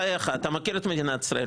בחייך, אתה מכיר את מדינת ישראל.